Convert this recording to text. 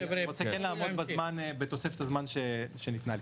אני רוצה לעמוד בתוספת הזמן שניתנה לי.